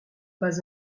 pas